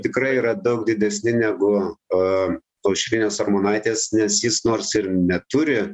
tikrai yra daug didesni negu a aušrinės armonaitės nes jis nors ir neturi